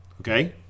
Okay